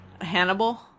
Hannibal